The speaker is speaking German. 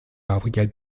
gabriel